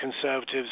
conservatives